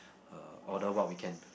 uh order what we can